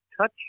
touch